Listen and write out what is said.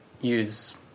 use